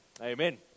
Amen